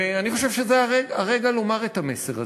ואני חושב שזה הרגע לומר את המסר הזה: